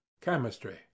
Chemistry